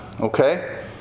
okay